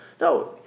no